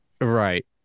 Right